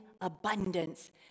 abundance